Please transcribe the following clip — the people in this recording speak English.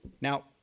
Now